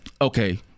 okay